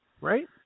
right